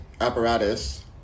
apparatus